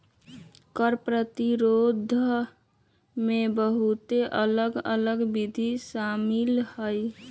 कर प्रतिरोध में बहुते अलग अल्लग विधि शामिल हइ